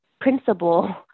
principal